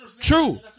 True